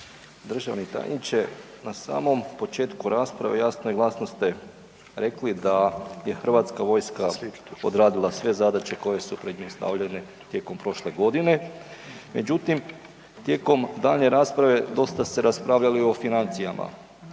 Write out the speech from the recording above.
Državni tajniče, na samom početku rasprave jasno i glasno ste rekli da je hrvatska vojska odradila sve zadaće koje su pred nju stavljene tijekom prošle godine. Međutim, tijekom daljnje rasprave, dosta se raspravljalo i o financijama